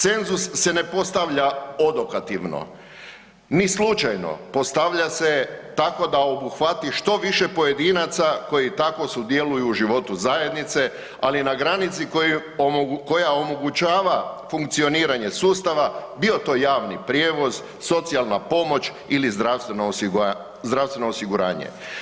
Cenzus se ne postavlja odokativno, ni slučajno, postavlja se tako da uhvati što više pojedinaca koji tako sudjeluju u životu zajednice ali na granici koja omogućava funkcioniranje sustava, bio to javni prijevoz, socijalna pomoć ili zdravstveno osiguranje.